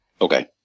Okay